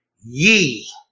ye